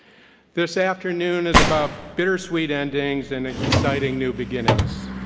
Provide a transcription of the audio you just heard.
this afternoon is about bittersweet endings and exciting new beginnings.